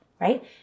Right